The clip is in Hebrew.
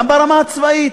גם ברמה הצבאית,